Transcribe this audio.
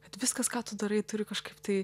kad viskas ką tu darai turi kažkaip tai